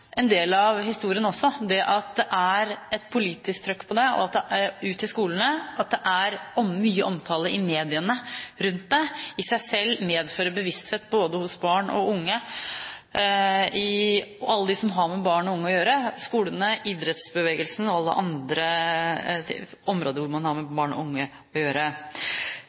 en del av historien at det er et politisk trykk på det ute i skolene. At det er mye omtale i mediene om det, medfører i seg selv bevissthet både hos barn og unge og hos alle dem som har med barn og unge å gjøre – skolene, idrettsbevegelsen og alle andre områder hvor man har med barn og unge å gjøre.